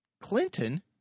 Clinton